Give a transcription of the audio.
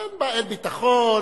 אין ביטחון,